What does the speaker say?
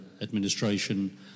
administration